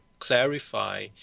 clarify